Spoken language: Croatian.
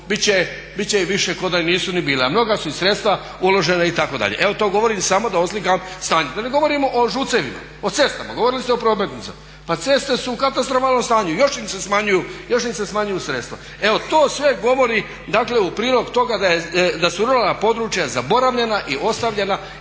biti će ih više kao da nisu ni bile. A mnoga su i sredstva uložena itd.. Evo to govorim samo da oslikam stanje. Da ne govorimo o ŽUC-evima, o cestama, govorili ste o prometnicama. Pa ceste su u katastrofalnom stanju i još im se smanjuju, još im se smanjuju sredstva. Evo to sve govori dakle u prilog toga da su ruralna područja zaboravljena i ostavljena